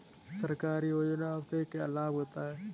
सरकारी योजनाओं से क्या क्या लाभ होता है?